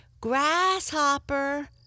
grasshopper